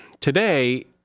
today